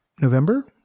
November